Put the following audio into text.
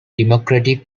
democratic